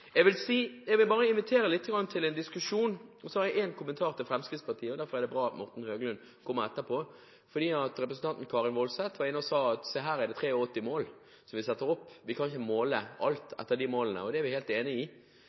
vil invitere til en diskusjon, og så har jeg en kommentar til Fremskrittspartiet. Derfor er det bra at representanten Morten Høglund kommer etterpå. Representanten Karin Woldseth var oppe og sa at her er det 83 mål som vi setter opp, og at vi ikke kan måle alt etter de målene. Det vi helt enige i,